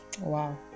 Wow